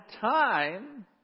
time